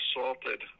assaulted